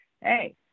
hey